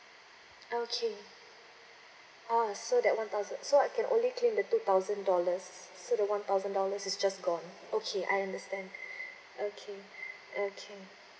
okay orh so that one thousand so I can only claim the two thousand dollars so the one thousand dollars is just gone okay I understand okay okay